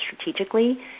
strategically